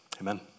Amen